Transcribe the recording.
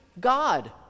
God